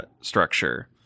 structure